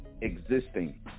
existing